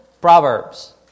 Proverbs